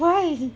why